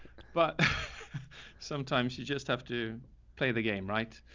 but sometimes you just have to play the game, right?